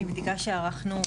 מבדיקה שערכנו,